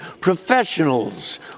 professionals